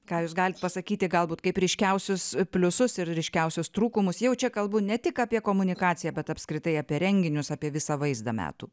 ką jūs galit pasakyti galbūt kaip ryškiausius pliusus ir ryškiausius trūkumus jau čia kalbu ne tik apie komunikaciją bet apskritai apie renginius apie visą vaizdą metų